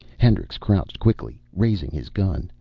hendricks crouched quickly, raising his gun.